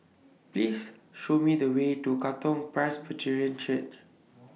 Please Show Me The Way to Katong Presbyterian Church